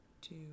two